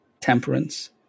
temperance